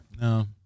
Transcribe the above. No